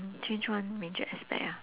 change one major aspect ah